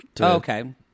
okay